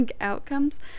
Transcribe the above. outcomes